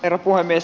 herra puhemies